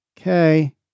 okay